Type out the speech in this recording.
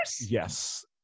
Yes